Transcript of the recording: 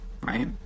right